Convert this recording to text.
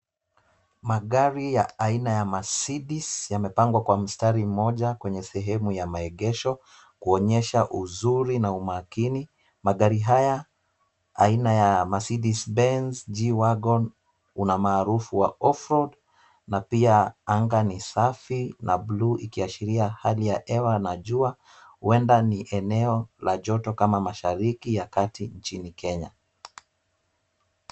Magari ya aina ya mercedes yamepangwa kwa mstari mmoja kwenye sehemu ya maegesho, kuonyesha uzuri na umakini magari haya aina ya Mercedes Benz G Wagon una maarufu wa off-road na pia anga ni safi na bluu ikiashiria hali ya hewa na jua huenda ni eneo la joto kama mashariki ya kati nchini Kenya.